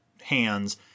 hands